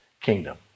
kingdom